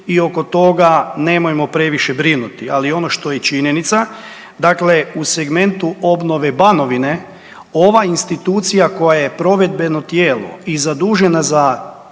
i oko toga nemojmo previše brinuti. Ali ono što je činjenica, dakle u segmentu obnove Banovine, ova institucija koja je provedbeno tijelo i zadužena za